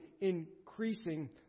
increasing